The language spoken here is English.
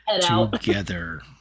together